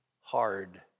hard